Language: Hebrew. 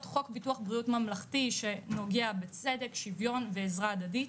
חוק ביטוח בריאות ממלכתי שנוגע בצדק שוויון ועזרה הדדית,